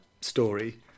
story